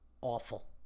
awful